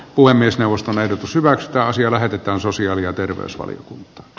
puhemiesneuvoston ehdotus hyväksytä asia lähetetään sosiaali ja terveysvaliokunta p